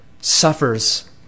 suffers